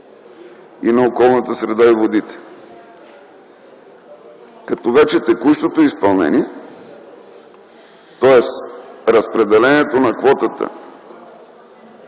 и на околната среда и водите. Текущото изпълнение, тоест разпределението на квотата